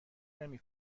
نمی